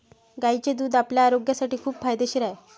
गायीचे दूध आपल्या आरोग्यासाठी खूप फायदेशीर आहे